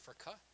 Africa